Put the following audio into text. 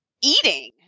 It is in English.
eating